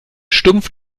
stumpf